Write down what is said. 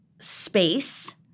space